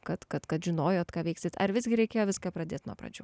kad kad kad žinojot ką veiksit ar visgi reikėjo viską pradėti nuo pradžių